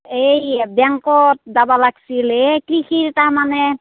এই বেংকত যাবা লাগছিল এই কৃষিৰ তাৰমানে